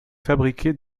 fabriqué